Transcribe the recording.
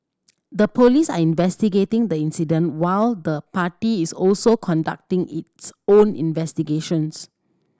the police are investigating the incident while the party is also conducting its own investigations